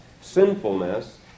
sinfulness